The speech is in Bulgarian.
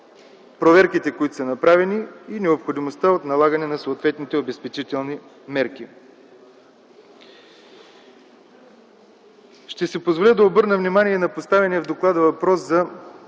направените проверки и необходимостта от налагането на съответните обезпечителни мерки. Ще си позволя да обърна внимание на поставения в доклада въпрос за